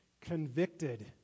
convicted